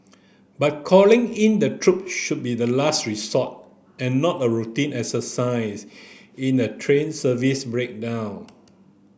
but calling in the troop should be the last resort and not a routine exercise in a train service breakdown